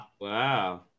Wow